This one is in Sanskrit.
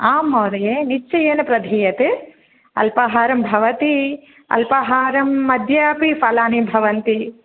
आं महोदये निश्चयेन प्रधीयते अल्पाहारं भवति अल्पाहारं मध्ये अपि फलानि भवन्ति